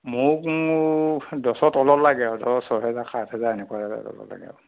মোক মোক দহৰ তলত লাগে আৰু ধৰক ছয় হেজাৰ সাত হেজাৰ এনেকুবা ল'ব লাগে আৰু